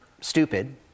stupid